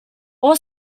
all